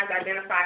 identify